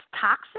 toxic